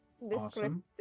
awesome